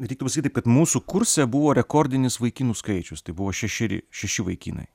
reiktų pasakyt taip kad mūsų kurse buvo rekordinis vaikinų skaičius tai buvo šešeri šeši vaikinai